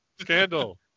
Scandal